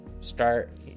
start